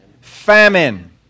famine